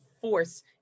force